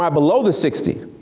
um below the sixty?